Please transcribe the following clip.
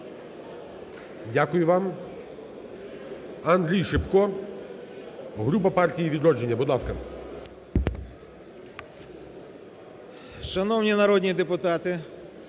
Дякую вам. Андрій Шипко, група "Партія "Відродження", будь ласка